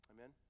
Amen